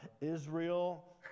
Israel